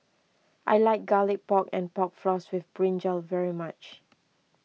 I like Garlic Pork and Pork Floss with Brinjal very much